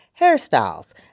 hairstyles